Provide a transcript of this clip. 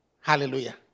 Hallelujah